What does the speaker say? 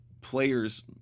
players